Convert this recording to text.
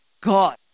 god